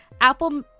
Apple